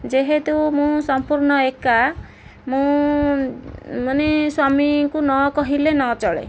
ଯେହେତୁ ମୁଁ ସମ୍ପୂର୍ଣ୍ଣ ଏକା ମୁଁ ମାନେ ସ୍ଵାମୀଙ୍କୁ ନ କହିଲେ ନ ଚଳେ